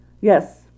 Yes